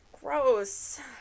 gross